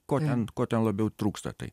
ko ten ko ten labiau trūksta tai